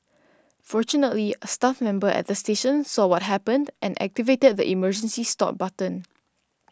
fortunately a staff member at the station saw what happened and activated the emergency stop button